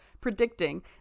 predicting